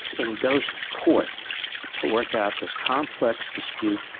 and he goes to court to work out this complex dispute,